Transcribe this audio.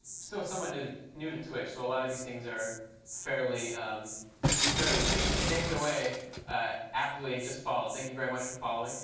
still somewhat new to new to twitch, so a lot of these things are fairly fairly new. and nicktheway aptly just followed. thank you very much for following.